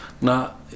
Now